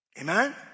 Amen